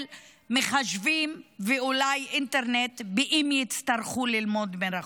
של מחשבים ואולי אינטרנט, אם יצטרכו ללמוד מרחוק.